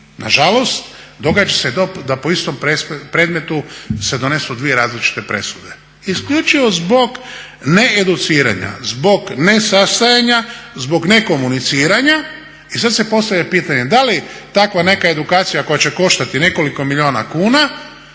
nažalost, događa se to da po istom predmetu se donesu dvije različite presude. Isključivo zbog needuciranja, zbog ne sastajanja, zbog ne komuniciranja i sad se postavlja pitanje da li takva neka edukacija koja će koštati nekoliko milijuna kuna